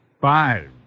Five